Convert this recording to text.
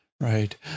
Right